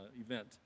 event